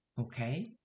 Okay